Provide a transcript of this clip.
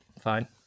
fine